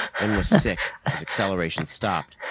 then was sick as acceleration stopped.